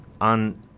on